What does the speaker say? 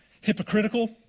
hypocritical